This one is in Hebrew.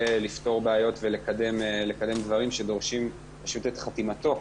לפתור בעיות ולקדם דברים שדורשים פשוט את חתימתו.